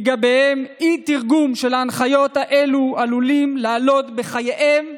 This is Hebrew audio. ואי-תרגום של ההנחיות האלה עלול לעלות להם בחייהם,